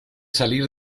salir